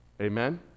Amen